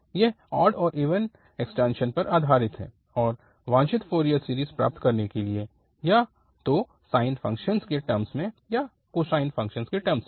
यह ऑड और even extension पर आधारित है और वांछित फ़ोरियर सीरीज़ प्राप्त करने के लिए या तो साइन फ़ंक्शन्स के टर्म्स में या कोसाइन फ़ंक्शन्स के टर्म्स में